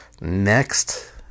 next